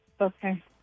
Okay